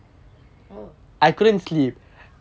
oh